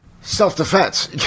self-defense